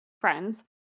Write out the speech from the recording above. Friends